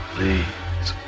Please